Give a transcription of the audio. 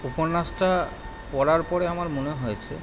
উপন্যাসটা পড়ার পরে আমার মনে হয়েছে